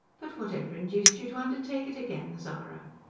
but what ever induced you to undertake it again, zara?